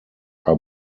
are